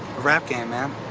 rap game, man.